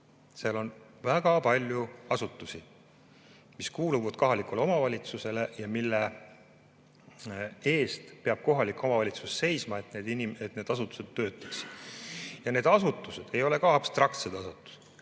Seal on väga palju asutusi, mis kuuluvad kohalikule omavalitsusele ja mille eest peab kohalik omavalitsus seisma, et need asutused töötaks. Ja need asutused ei ole abstraktsed asutused.